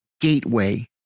gateway